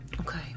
Okay